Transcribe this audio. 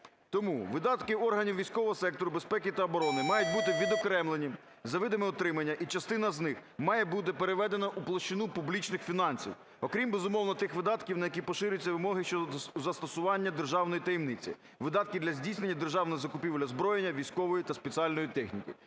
Тому видатки органів військового сектору, безпеки та оборони мають бути відокремлені за видами утримання, і частина з них має бути переведена у площину публічних фінансів, окрім, безумовно, тих видатків, на які поширюються вимоги щодо застосування державної таємниці, видатки для здійснення державної закупівлі озброєння, військової та спеціальної техніки.